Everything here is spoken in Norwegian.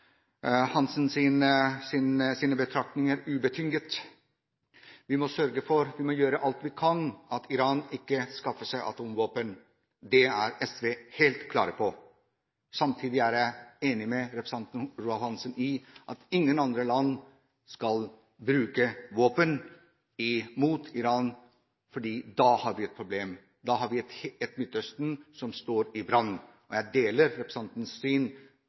betraktninger ubetinget. Vi må gjøre alt vi kan for at Iran ikke skaffer seg atomvåpen. Det er SV helt klar på. Samtidig er jeg enig med representanten Svein Roald Hansen i at ingen andre land skal bruke våpen mot Iran, for da har vi et problem, da har vi et Midtøsten som står i brann. Og jeg deler representantens